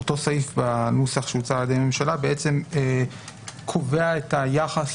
אותו סעיף בנוסח שהוצע על-ידי הממשלה בעצם קובע את היחס